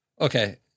Okay